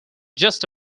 just